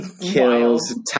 kills